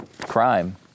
crime